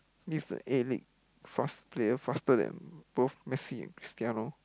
this A-League fast player faster than both Messi and Cristiano